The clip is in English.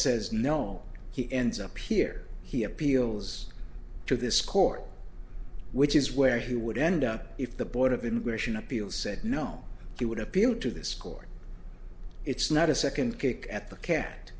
says no he ends up here he appeals to this court which is where he would end up if the board of immigration appeals said no he would appeal to this court it's not a second kick at the cat